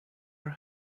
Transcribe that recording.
her